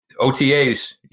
OTAs